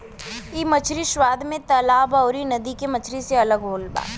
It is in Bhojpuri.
इ मछरी स्वाद में तालाब अउरी नदी के मछरी से अलग होत बा